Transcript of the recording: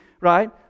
right